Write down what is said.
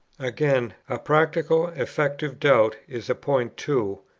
again, a practical, effective doubt is a point too,